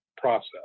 process